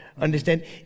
understand